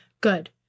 good